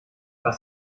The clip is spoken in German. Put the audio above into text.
was